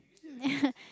yeah